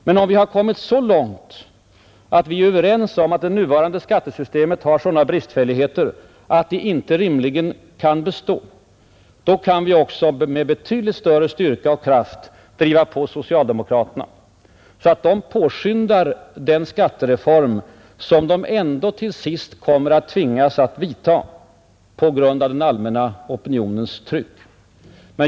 Men om vi har kommit så långt att vi är överens om att skattesystemet har sådana bristfälligheter att det inte rimligen kan bestå, då kan vi också med betydligt större styrka och kraft driva på socialdemokraterna, så att de påskyndar den skattereform som de ändå till sist kommer att tvingas att vidtaga på grund av den allmänna opinionens tryck.